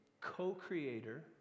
co-creator